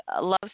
loves